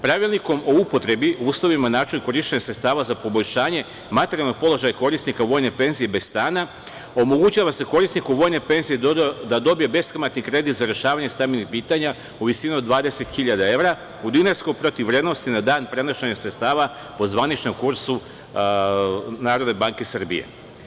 Pravilnikom o upotrebi, uslovima, načinu korišćenja sredstava za poboljšanje materijalnog položaja korisnika vojne penzije bez stana omogućava se korisniku vojne penzije da dobije beskamatni kredit za rešavanje stambenih pitanja u visini od 20 hiljada evra u dinarskoj protivvrednosti na dan prenošenja sredstava po zvaničnom kursu Narodne banke Srbije.